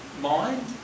mind